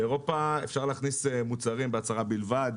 באירופה אפשר להכניס מוצרים בהצהרה בלבד.